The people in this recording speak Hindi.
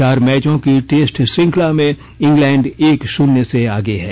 चार मैचों की टेस्ट श्रृंखला में इंग्लैंड एक शून्य से आगे है